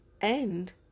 end